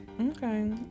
Okay